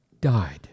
died